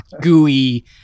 gooey